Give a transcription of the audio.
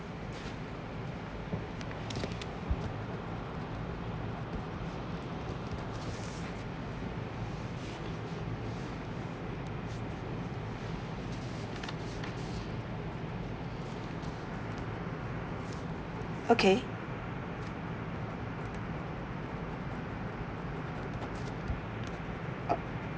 okay